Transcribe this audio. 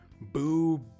boo